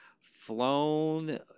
flown